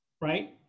Right